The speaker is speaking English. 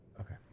Okay